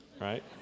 right